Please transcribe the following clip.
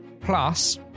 plus